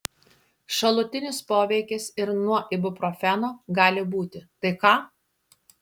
šalutinis poveikis ir nuo ibuprofeno gali būti tai ką